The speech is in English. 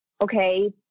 okay